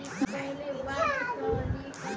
Debit card कहाक कहाल जाहा जाहा?